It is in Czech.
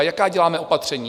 Jaká děláme opatření?